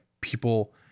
people